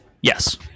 Yes